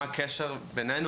מה הקשר בינינו",